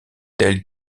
tel